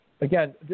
Again